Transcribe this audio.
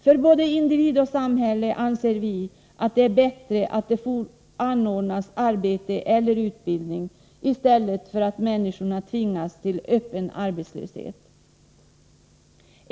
För både individ och samhälle är det bättre att det ordnas arbete eller utbildning än att människor tvingas till öppen arbetslöshet.